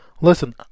Listen